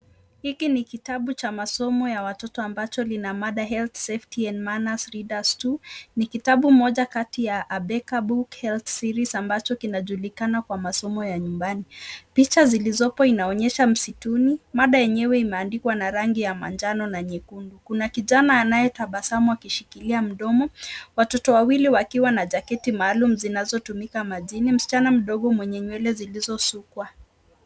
Hiki ni kitabu cha masomo ya watoto ambacho lina mada Health Safety and Manners Readers Two . Ni kitabu moja kati ya A ]Beka Book Health Series ambacho kinajulikana kwa masomo ya nyumbani. Picha zilizopo inaonyesha msituni. Mada yenyewe imeandikwa na rangi ya manjano na nyekundu. Kuna kijana anayetabasamu akishikilia mdomo, watoto wawili wakiwa na jaketi maalum zinazotumika majini, msichana mdogo mwenye nywele zilizosukwa.